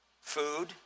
food